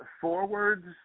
Forwards